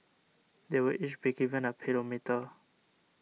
they will each be given a pedometer